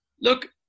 Look